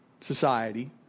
society